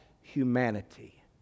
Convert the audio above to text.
humanity